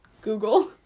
Google